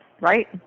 Right